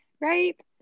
Right